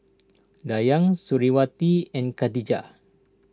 Dayang Suriawati and Khadija